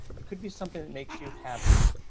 it could be something that makes you happy.